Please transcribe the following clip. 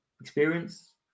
experience